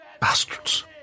Bastards